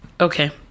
okay